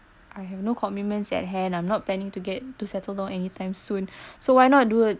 I have no commitments at hand I'm not planning to get to settle down anytime soon so why not do it